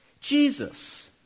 Jesus